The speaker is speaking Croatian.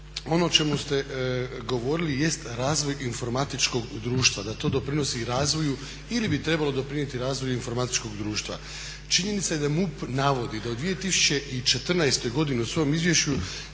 Ono o čemu ste govorili jest razvoj informatičkog društva, da to doprinosi razvoju ili bi trebalo doprinijeti razvoju informatičkog društva. Činjenica je da MUP navodi da u 2014. godini u svom izvješću